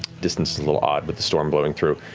distance is a little odd with the storm blowing through.